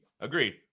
Agreed